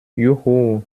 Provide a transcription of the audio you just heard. juhu